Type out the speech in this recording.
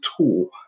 tool